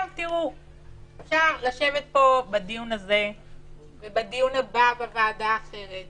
אפשר לשבת פה בדיון הזה ובדיון הבא בוועדה אחרת